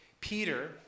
Peter